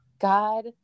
God